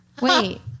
Wait